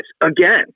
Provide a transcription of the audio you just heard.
again